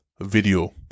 video